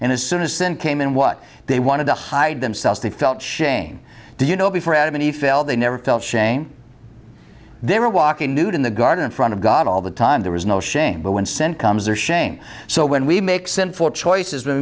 and as soon as sin came in what they wanted to hide themselves they felt shame do you know before adam and eve fell they never felt shame they were walking nude in the garden in front of god all the time there was no shame but one cent comes or shame so when we make sinful choices we